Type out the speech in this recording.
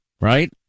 Right